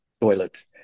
toilet